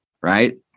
right